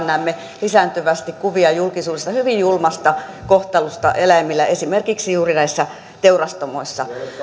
näemme lisääntyvästi kuvia julkisuudessa hyvin julmasta kohtelusta eläimiä kohtaan esimerkiksi juuri näissä teurastamoissa